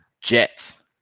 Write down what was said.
Jets